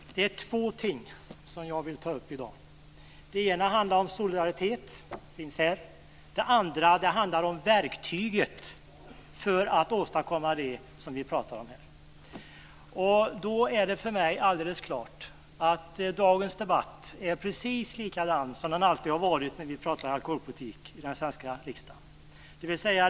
Herr talman! Det är två ting jag vill ta upp i dag. Det ena handlar om solidaritet, och det finns här. Det andra handlar om verktyget för att åstadkomma det vi pratar om här. Det är för mig alldeles klart att dagens debatt är precis likadan som den alltid har varit när vi pratar alkoholpolitik i den svenska riksdagen.